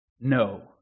No